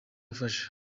gufasha